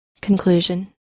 Conclusion